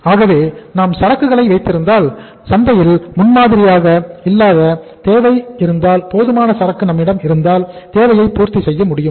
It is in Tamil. ஆகவே நாம் சரக்குகளை வைத்திருந்தால் சந்தையில் முன்மாதிரியாக இல்லாத தேவை இருந்தால் போதுமான சரக்கு நம்மிடம் இருந்தால் தேவையை பூர்த்தி செய்ய முடியும்